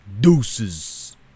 Deuces